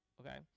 okay